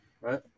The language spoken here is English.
right